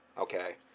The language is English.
Okay